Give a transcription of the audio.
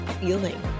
feeling